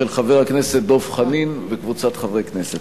של חבר הכנסת דב חנין וקבוצת חברי הכנסת.